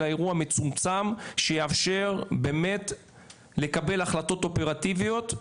אלא אירוע מצומצם שיאפשר באמת לקבל החלטות אופרטיביות,